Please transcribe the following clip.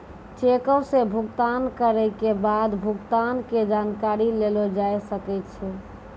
चेको से भुगतान करै के बाद भुगतान के जानकारी लेलो जाय सकै छै